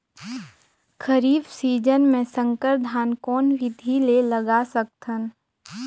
खरीफ season मे संकर धान कोन विधि ले लगा सकथन?